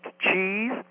cheese